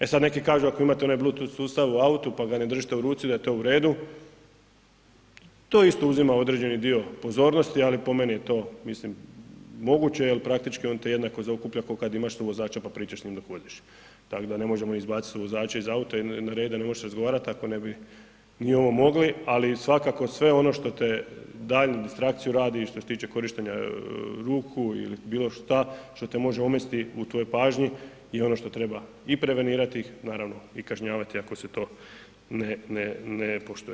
E sad, neki kažu ako imate onaj bluetooth sustav u autu pa ga ne držite u ruci, da je to u redu, to isto uzima određeni dio pozornosti, ali po meni je to, mislim moguće jer praktički on te jednako zaokuplja kao kad imaš suvozača pa pričaš s njim dok voziš, tako da ne možemo izbaciti suvozača iz auta ili ... razgovarati ako ne bi ni ovo mogli, ali svakako sve ono što te daljnju distrakciju radi i što se tiče korištenja ruku ili bilo što što te može omesti u tvojoj pažnji i ono što treba i prevenirati ih, naravno i kažnjavati ako se to ne poštuje.